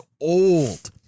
old